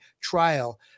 trial